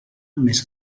més